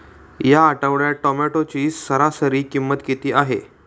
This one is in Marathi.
या आठवड्यात टोमॅटोची सरासरी किंमत किती आहे?